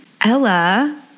Ella